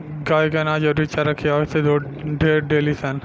गाय के अनाज अउरी चारा खियावे से दूध ढेर देलीसन